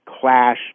clash